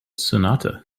sonata